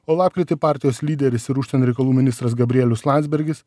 o lapkritį partijos lyderis ir užsienio reikalų ministras gabrielius landsbergis